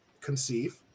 conceive